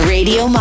Radio